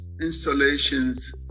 installations